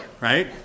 right